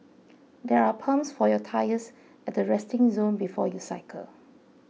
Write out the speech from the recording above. there are pumps for your tyres at the resting zone before you cycle